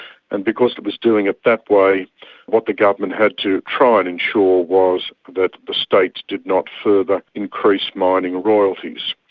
and because it was doing it that way what the government had to try and ensure was that the states did not further increase mining royalties.